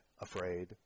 afraid